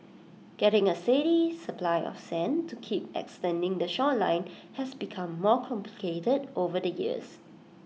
getting A steady supply of sand to keep extending the shoreline has become more complicated over the years